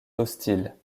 hostile